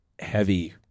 heavy